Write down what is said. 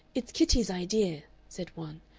it's kitty's idea, said one,